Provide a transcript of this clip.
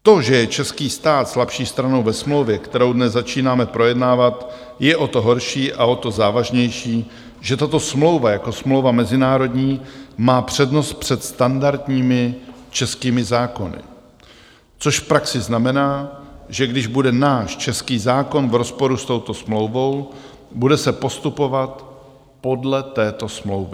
To, že je český stát slabší stranou ve smlouvě, kterou dnes začínáme projednávat, je o to horší a o to závažnější, že tato smlouva jako smlouva mezinárodní má přednost před standardními českými zákony, což v praxi znamená, že když bude náš český zákon v rozporu s touto smlouvou, bude se postupovat podle této smlouvy.